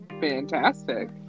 Fantastic